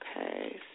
Okay